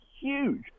huge